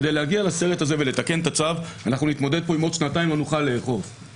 כדי לתקן את הצו נצטרך לחכות עוד שנתיים שבהן לא נוכל לאכוף את זה.